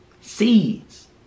Seeds